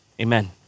amen